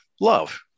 love